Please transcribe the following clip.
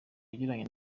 yagiranye